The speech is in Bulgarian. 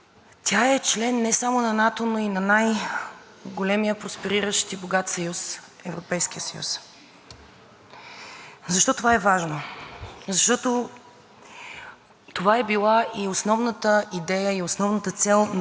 Защо това е важно? Защото това е била и основната идея и основната цел на българските възрожденци и на българските революционери – да бъдем част от просперираща Европа.